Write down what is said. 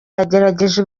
yagerageje